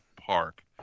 park